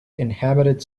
inhabited